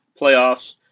playoffs